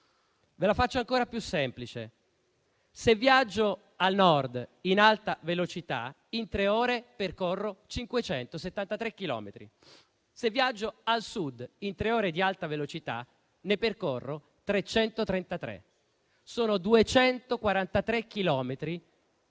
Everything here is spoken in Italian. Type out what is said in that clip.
ve la faccio ancora più semplice: se viaggio al Nord in alta velocità, in tre ore percorro 573 chilometri. Se viaggio al Sud, in tre ore di alta velocità ne percorro 333: sono 240 chilometri